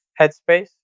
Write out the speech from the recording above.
Headspace